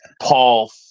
Paul